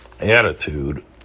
attitude